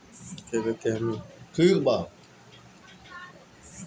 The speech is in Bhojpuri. एमे तु थोड़ थोड़ कर के पैसा रख सकत हवअ